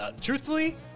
Truthfully